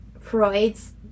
Freud's